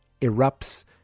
erupts